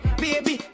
baby